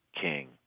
king